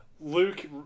luke